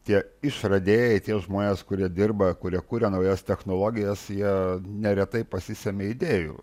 tie išradėjai tie žmonės kurie dirba kurie kuria naujas technologijas jie neretai pasisemia idėjų